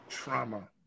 trauma